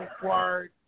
required